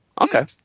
Okay